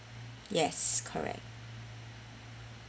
yes correct